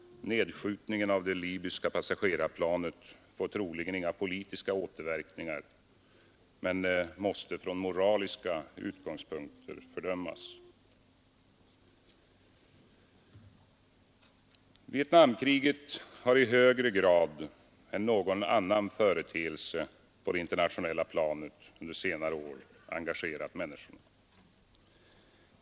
Nedskjutningen av det libyska passagerarplanet får troligen inga politiska återverkningar men måste från moraliska utgångspunkter fördömas. Vietnamkriget har i högre grad än någon annan företeelse på det internationella planet under senare år engagerat människorna.